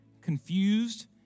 confused